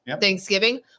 thanksgiving